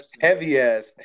Heavy-ass